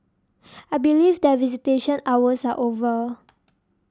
I believe that visitation hours are over